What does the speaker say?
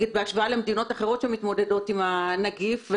מה למשל המצב במדינות אחרות שמתמודדות עם